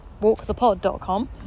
walkthepod.com